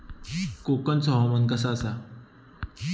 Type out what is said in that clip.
कोकनचो हवामान कसा आसा?